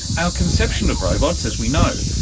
our conception of robots, as we know,